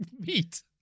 meat